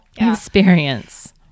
experience